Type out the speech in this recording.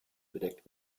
bedeckt